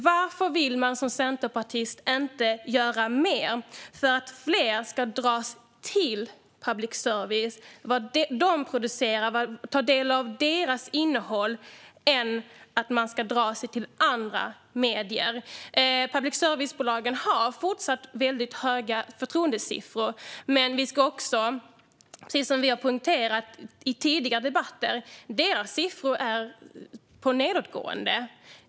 Varför vill man som centerpartist inte göra mer för att fler ska dras till public service och det innehåll som de producerar i stället för att de ska dra sig till andra medier? Public service-bolagen har fortsatt väldigt höga förtroendesiffror, men precis som vi har poängterat i tidigare debatter är dessa siffror på nedåtgående.